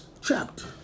chapter